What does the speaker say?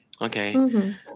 Okay